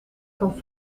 kan